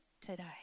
today